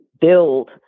build